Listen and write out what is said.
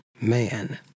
man